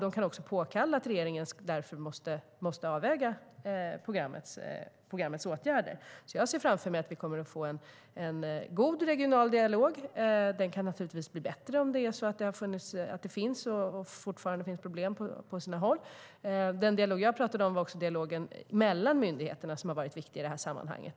De kan också påkalla att regeringen därför måste avväga programmets åtgärder. myndigheterna, som har varit viktig i sammanhanget.